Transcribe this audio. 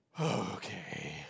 Okay